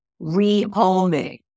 rehoming